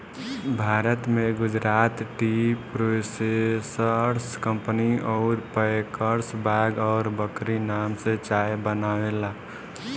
भारत में Gujarat tea processors company अउर packers बाघ और बकरी नाम से चाय बनावेला